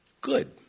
good